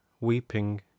weeping